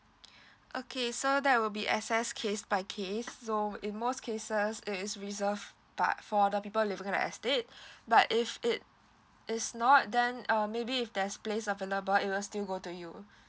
okay so that will be assess case by case so would in most cases it is reserved but for the people living in the estate but if it is not then um maybe if there's place available it will still go to you